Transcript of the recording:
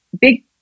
big